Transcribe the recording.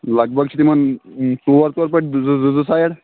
لگ بگ چھِ تِمَن ژور ژور پٔٹۍ زٕ زٕ زٕ سایڈ